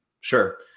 sure